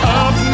up